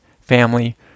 family